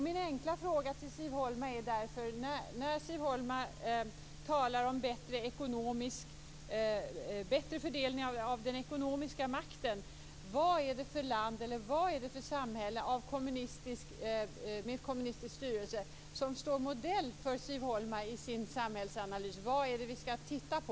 Min enkla fråga till Siv Holma är därför: Vad är det för land eller samhälle med kommunistiskt styre som står modell för Siv Holma i hennes samhällsanalys där hon talar om bättre fördelning av den ekonomiska makten? Vad är det vi skall titta på?